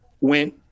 went